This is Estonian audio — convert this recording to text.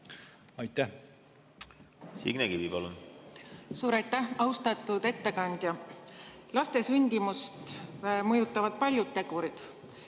palun! Signe Kivi, palun! Suur aitäh! Austatud ettekandja! Laste sündimist mõjutavad paljud tegurid,